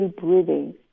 breathing